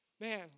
Man